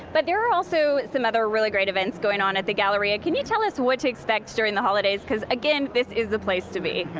but there are also some other really great events going on at the galleria. can you tell us what to expect during the holidays? because again, this is the place to be.